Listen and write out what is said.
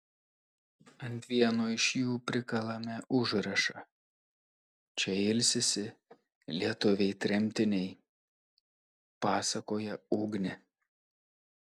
ant vieno iš jų prikalame užrašą čia ilsisi lietuviai tremtiniai pasakoja ugnė